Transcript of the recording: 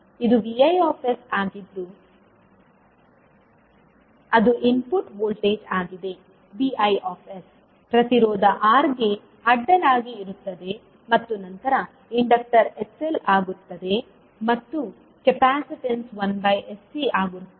ಇದು Vi ಆಗಿದ್ದು ಅದು ಇನ್ಪುಟ್ ವೋಲ್ಟೇಜ್ ಆಗಿದೆ Vi ಪ್ರತಿರೋಧ R ಗೆ ಅಡ್ಡಲಾಗಿ ಇರುತ್ತದೆ ಮತ್ತು ನಂತರ ಇಂಡಕ್ಟರ್ sL ಆಗುತ್ತದೆ ಮತ್ತು ಕೆಪಾಸಿಟನ್ಸ್ 1sC ಆಗಿರುತ್ತದೆ